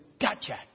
gotcha